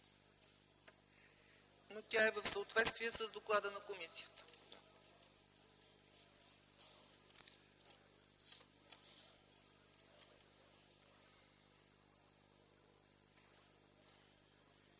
но тя е в съответствие с доклада на комисията.